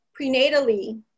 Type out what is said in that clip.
prenatally